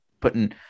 putting